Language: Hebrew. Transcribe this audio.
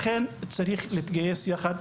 לכן, צריך להתגייס לזה ביחד.